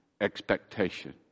expectation